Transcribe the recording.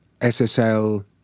SSL